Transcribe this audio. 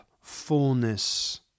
fullness